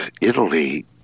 Italy